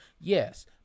yes